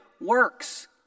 works